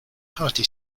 hearty